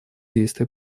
действия